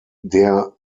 der